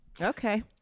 okay